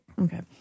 Okay